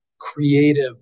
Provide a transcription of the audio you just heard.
creative